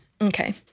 Okay